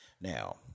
Now